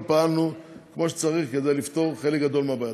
פעלנו כמו שצריך כדי לפתור חלק גדול מהבעיות.